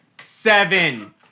seven